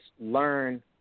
learn